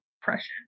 depression